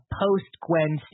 post-Gwen